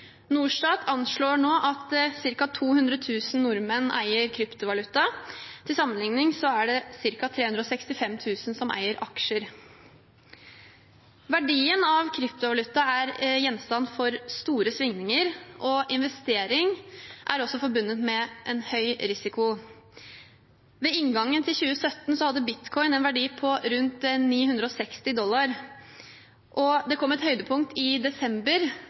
Norstat anslår nå at ca. 200 000 nordmenn eier kryptovaluta. Til sammenligning er det ca. 365 000 som eier aksjer. Verdien av kryptovaluta er gjenstand for store svingninger, og investering er også forbundet med en høy risiko. Ved inngangen til 2017 hadde bitcoin en verdi på rundt 960 dollar. Det kom et høydepunkt i desember